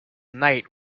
night